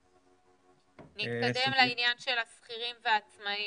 אוקיי, נתקדם לעניין של השכירים והעצמאים,